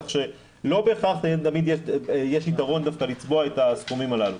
כך שלא בהכרח תמיד יש יתרון דווקא לצבוע את הסכומים האלה.